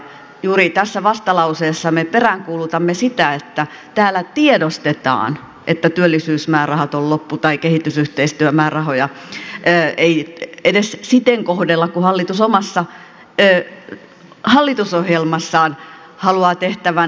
juuri tässä vastalauseessa me peräänkuulutamme sitä että täällä tiedostetaan että työllisyysmäärärahat ovat loppu tai kehitysyhteistyömäärärahoja ei edes siten kohdella kuin hallitus omassa hallitusohjelmassaan haluaa tehtävän